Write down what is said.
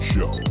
Show